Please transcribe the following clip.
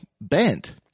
bent